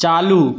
चालू